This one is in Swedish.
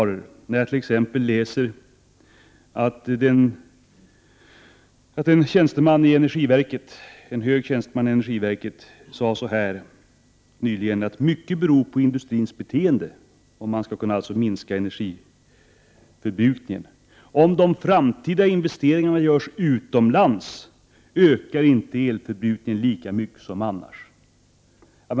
Jag har t.ex. läst att en hög tjänsteman i energiverket har sagt att mycket beror på industrins beteende om man skall kunna minska energiförbrukningen: Om de framtida investeringarna görs utomlands ökar inte elförbrukningen lika mycket som annars.